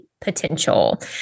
potential